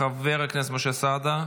חבר הכנסת יואב סגלוביץ'